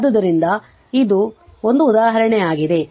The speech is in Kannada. ಆದ್ದರಿಂದ ಇದು ಒಂದು ಉದಾಹರಣೆಯಾಗಿದೆ